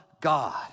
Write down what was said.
God